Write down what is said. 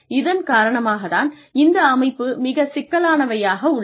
இதன் காரணமாகத் தான் இந்த அமைப்பு மிகச் சிக்கலானவையாக உள்ளது